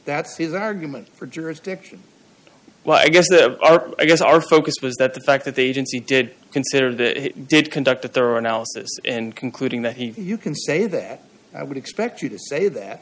that's his argument for jurisdiction well i guess i guess our focus was that the fact that the agency did consider that he did conduct a thorough analysis and concluding that he you can say that i would expect you to say that